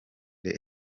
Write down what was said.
that